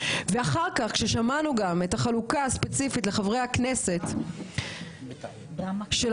כששמענו אחר כך את החלוקה הספציפית לחברי הכנסת של הקואליציה